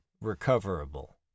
recoverable